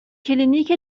کلینیک